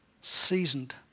seasoned